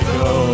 go